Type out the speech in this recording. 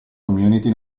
community